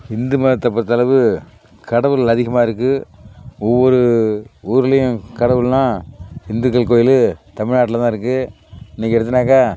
ஹிந்து மதத்தை பொறுத்தளவு கடவுள் அதிகமாக இருக்குது ஒவ்வொரு ஊர்லேயும் கடவுள்னால் ஹிந்துக்கள் கோயில் தமிழ்நாட்டில் தான் இருக்குது இன்றைக்கு எடுத்தோன்னாக்கால்